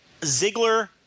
ziggler